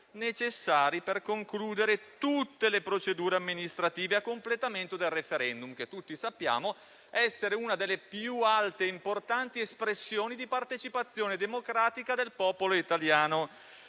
necessari per concludere tutte le procedure amministrative a completamento del *referendum*, che tutti sappiamo essere una delle più alte ed importanti espressioni di partecipazione democratica del popolo italiano.